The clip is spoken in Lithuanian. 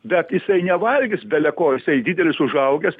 bet jisai nevalgys bele ko jisai didelis užaugęs